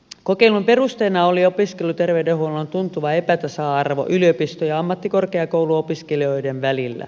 kokeilun perusteena oli opiskeluterveydenhuollon tuntuva epätasa arvo yliopisto ja ammattikorkeakouluopiskelijoiden välillä